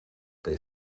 they